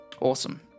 Awesome